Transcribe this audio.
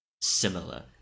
similar